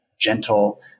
gentle